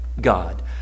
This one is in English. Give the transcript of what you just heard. God